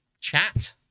chat